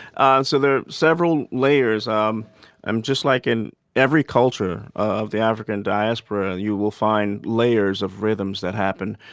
ah so there are several layers. um i'm just like in every culture of the african diaspora. you will find layers of rhythms that happen.